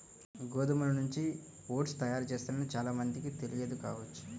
గోధుమల నుంచి ఓట్స్ తయారు చేస్తారని చాలా మందికి తెలియదు కావచ్చు